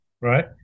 Right